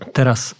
Teraz